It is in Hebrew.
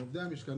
עובדי המשכן,